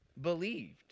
believed